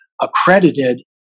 accredited